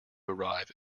arrive